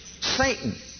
Satan